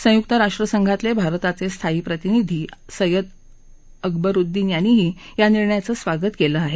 संयुक्त राष्ट्रसंघातले भारताचे स्थायी प्रतिनिधी सय्यद अकबरुद्दीन यांनीही या निर्णयाचं स्वागत केलं आहे